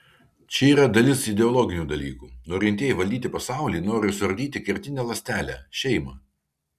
čia yra dalis ideologinių dalykų norintieji valdyti pasaulį nori suardyti kertinę ląstelę šeimą